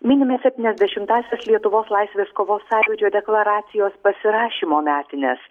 minime septyniasdešimtąsias lietuvos laisvės kovos sąjūdžio deklaracijos pasirašymo metines